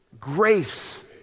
grace